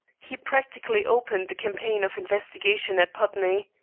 he practically opened the campaign of investigation at putney.